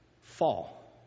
fall